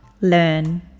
learn